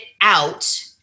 out